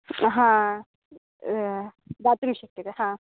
दातुं शक्यते हा